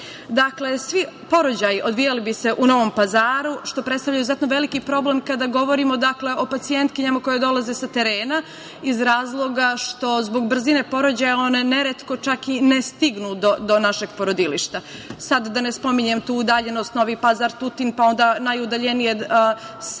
boriti. Dakle, svi porođaji odvijali bi se u Novom Pazaru, što predstavlja izuzetno veliki problem kada govorimo o pacijentkinjama koje dolaze sa terena iz razloga što zbog brzine porođaja one neretko čak i ne stignu do našeg porodilišta. Sad da ne spominjem tu udaljenost Novi Pazar – Tutin, pa onda najudaljenije selo,